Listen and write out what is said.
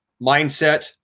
mindset